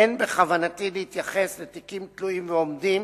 אין בכוונתי להתייחס לתיקים תלויים ועומדים